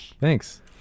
thanks